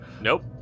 Nope